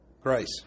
Grace